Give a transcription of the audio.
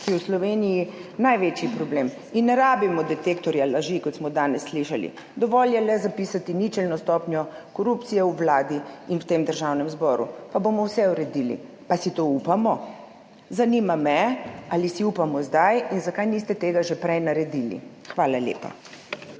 ki je v Sloveniji največji problem in ne rabimo detektorja laži, kot smo danes slišali, dovolj je le zapisati ničelno stopnjo korupcije v Vladi in v tem Državnem zboru, pa bomo vse uredili. Pa si to upamo? Zanima me, ali si upamo zdaj in zakaj niste tega že prej naredili. Hvala lepa.